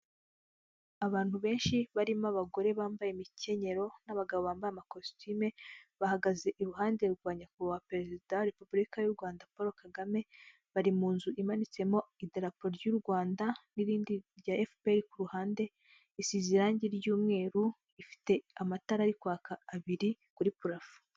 Abantu benshi barimo abagore bambaye imikenyero n'abagabo bambaye amakositime bahagaze iruhande rwa nyakubahwa perezida wa repubulika y'u Rwanda Paul Kagame, bari mu nzu imanitsemo idarapo ry'u Rwanda n'irindi rya Efuperi ku ruhande isize irange ry'umweru, ifite amatara ari kwaka abiri kuri purafo.